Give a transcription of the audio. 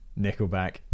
Nickelback